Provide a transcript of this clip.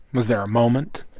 was there a moment?